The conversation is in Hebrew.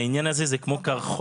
בעניין הזה זה כמו קרחון,